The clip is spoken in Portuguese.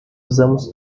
usamos